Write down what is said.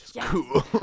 cool